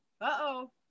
uh-oh